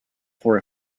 for